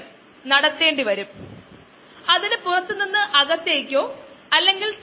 coli എന്തുകൊണ്ടാണ് ഇത് സംഭവിക്കുന്നതെന്ന് നമുക്ക് നന്നായി മനസ്സിലായി